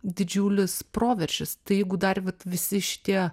didžiulis proveržis tai jeigu dar vat visi šitie